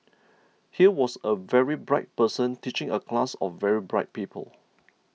here was a very bright person teaching a class of very bright people